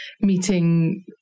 meeting